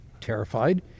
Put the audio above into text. terrified